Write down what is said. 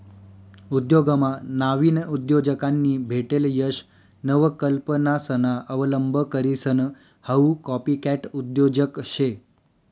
उद्योगमा नाविन उद्योजकांनी भेटेल यश नवकल्पनासना अवलंब करीसन हाऊ कॉपीकॅट उद्योजक शे